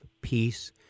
peace